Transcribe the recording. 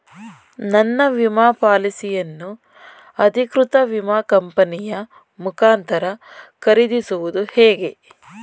ನನ್ನ ವಿಮಾ ಪಾಲಿಸಿಯನ್ನು ಅಧಿಕೃತ ವಿಮಾ ಕಂಪನಿಯ ಮುಖಾಂತರ ಖರೀದಿಸುವುದು ಹೇಗೆ?